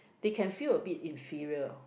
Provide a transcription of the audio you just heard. they can feel a bit inferior